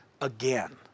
Again